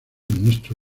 ministro